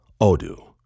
Odoo